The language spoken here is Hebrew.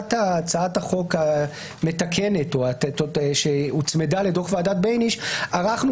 טיוטת הצעת החוק המתקנת או שהוצמדה לדוח ועדת בייניש וערכנו